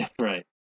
right